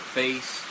face